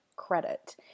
credit